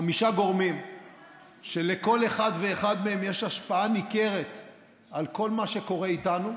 חמישה גורמים שלכל אחד ואחד מהם יש השפעה ניכרת על כל מה שקורה איתנו,